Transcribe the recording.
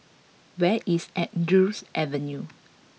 where is Andrews Avenue